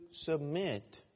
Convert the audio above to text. submit